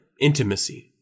Intimacy